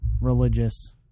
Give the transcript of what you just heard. religious